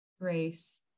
grace